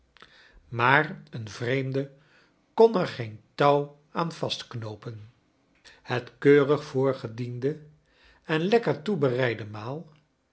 maar een vreemde kon er geen touw aan vastknoopen het keurig voorgediende en lekker toebereide